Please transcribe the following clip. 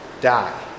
die